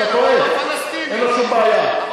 אתה טועה, אין לו שום בעיה.